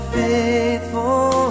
faithful